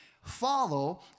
follow